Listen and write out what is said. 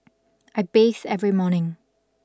I bathe every morning